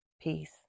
Peace